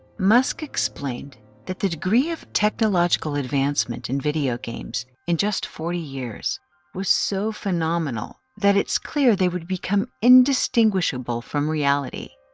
musk explained that the degree of technological advancement in video games in just forty years was so phenomenal that it's clear they would become indistinguishable from reality,